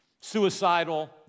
Suicidal